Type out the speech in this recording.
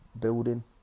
building